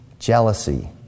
jealousy